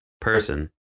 person